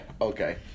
Okay